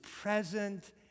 present